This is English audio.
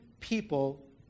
people